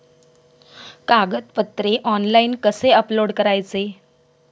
कागदपत्रे ऑनलाइन कसे अपलोड करायचे?